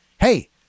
Hey